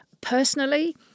Personally